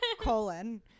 Colon